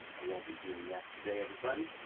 i won't be doing that today everybody.